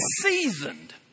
seasoned